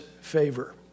favor